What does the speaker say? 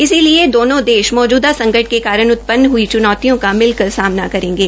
इसलिए दोनो देश मौजूदा संकट के कारण उत्पन्न हुई चुनौतियों का मिलकर सामना करेंगे